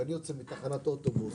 כשאני יוצא מתחנת אוטובוס,